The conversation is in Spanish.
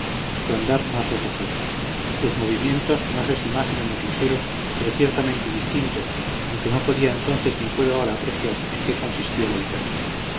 andar más reposado sus movimientos no sé si más o menos ligeros pero ciertamente distintos aunque no podía entonces ni puedo ahora apreciar en qué consistía la diferencia